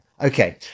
Okay